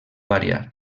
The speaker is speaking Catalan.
variar